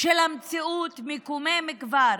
של המציאות מקומם כבר.